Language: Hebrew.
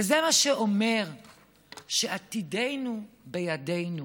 וזה אומר שעתידנו בידינו,